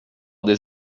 des